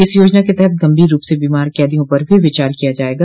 इस योजना के तहत गंभीर रूप से बीमार कैदियों पर भी विचार किया जायेगा